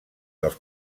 dels